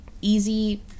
Easy